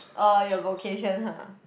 or your vocation !huh!